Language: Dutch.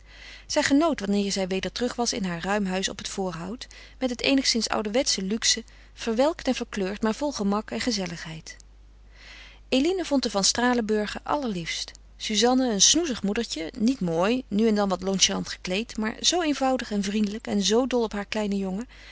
zij genoot wanneer zij weder terug was in haar ruim huis op het voorhout met zijn eenigszins ouderwetsche luxe verwelkt en verkleurd maar vol gemak en gezelligheid eline vond de van stralenburgen allerliefst suzanne een snoezig moedertje niet mooi nu en dan wat nonchalant gekleed maar zo eenvoudig en vriendelijk en zo dol op haar kleinen jongen